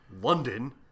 London